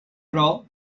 però